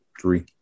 three